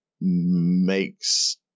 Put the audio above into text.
makes